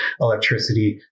electricity